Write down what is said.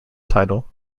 title